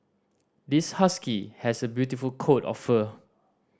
this husky has a beautiful coat of fur